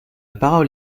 parole